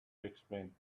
explain